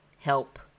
help